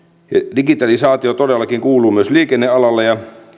digitalisaatio todellakin kuuluu myös liikennealalle ja